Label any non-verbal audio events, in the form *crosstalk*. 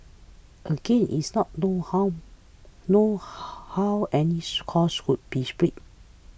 again it's not known how known how any *unintelligible* cost would be split